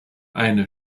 eine